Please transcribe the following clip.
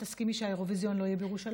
תסכימי שהאירוויזיון לא יהיה בירושלים?